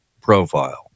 profile